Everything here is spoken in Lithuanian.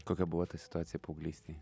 kokia buvo ta situacija paauglystėj